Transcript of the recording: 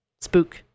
Spook